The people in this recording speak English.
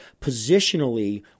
positionally